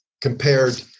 compared